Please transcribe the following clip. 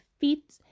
feet